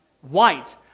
white